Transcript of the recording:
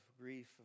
grief